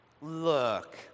Look